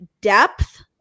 depth